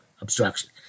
obstruction